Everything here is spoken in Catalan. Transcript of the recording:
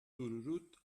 tururut